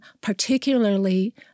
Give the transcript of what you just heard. particularly